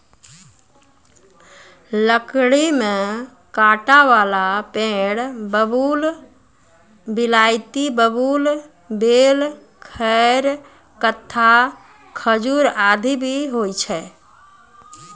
लकड़ी में कांटा वाला पेड़ बबूल, बिलायती बबूल, बेल, खैर, कत्था, खजूर आदि भी होय छै